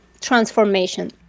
transformation